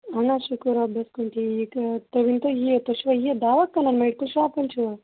اَہَن حظ شُکُر رۄبَس کُن ٹھیٖک تُہۍ ؤنۍتو یہِ تُہۍ چھِوا یہِ دواہ کٕنن میڈکَل شاپ وٲلۍ چھِوا